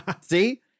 see